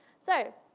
so